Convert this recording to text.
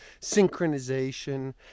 synchronization